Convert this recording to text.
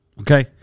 okay